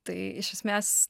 tai iš esmės